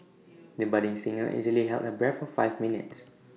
the budding singer easily held her breath for five minutes